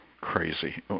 crazy